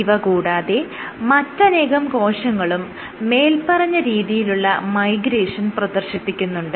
ഇവ കൂടാതെ മറ്റനേകം കോശങ്ങളും മേല്പറഞ്ഞ രീതിയിലുള്ള മൈഗ്രേഷൻ പ്രദർശിപ്പിക്കുന്നുണ്ട്